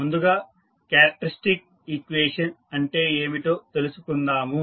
ముందుగా characteristic equation అంటే ఏమిటో తెలుసుకుందాము